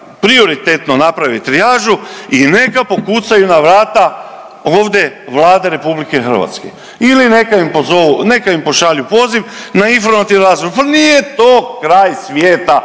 prioritetno naprave trijažu i neka pokucaju na vrata ovde Vlade RH. Ili neka im pozovu, neka im pošalju poziv, na informativni razgovor, pa nije to kraj svijeta,